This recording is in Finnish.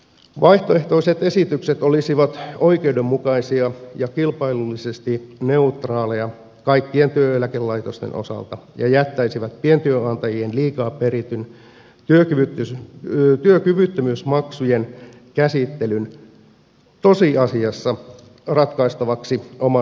vaihtoehtoiset esitykset olisivat oikeudenmukaisia ja kilpailullisesti neutraaleja kaikkien työeläkelaitosten osalta ja jättäisivät pientyönantajien liikaa perittyjen työkyvyttömyysmaksujen käsittelyn tosiasiassa ratkaistavaksi omana kysymyksenään